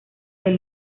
del